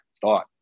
Thought